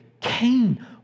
Cain